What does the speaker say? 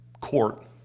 court